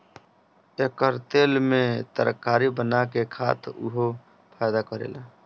एकर तेल में तरकारी बना के खा त उहो फायदा करेला